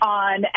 on